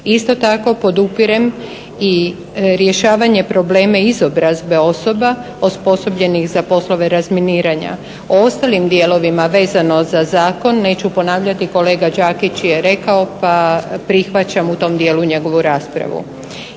Isto tako podupirem i rješavanje problema izobrazbe osoba osposobljenih za poslove razminiranja. O ostalim dijelovima vezano za zakon neću ponavljati kolega Đakić je rekao, pa prihvaćam u tom dijelu njegovu raspravu.